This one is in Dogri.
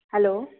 हैल्लो